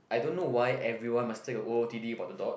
I don't know why everyone must take a O_O_T_D about the dot